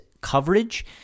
coverage